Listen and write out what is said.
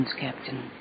Captain